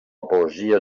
poesia